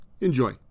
enjoy